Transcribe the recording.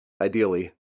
Ideally